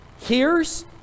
hears